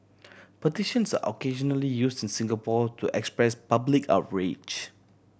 petitions are occasionally used in Singapore to express public outrage